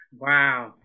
Wow